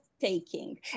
taking